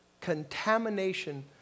contamination